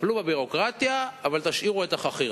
תטפלו בביורוקרטיה אבל תשאירו את החכירה.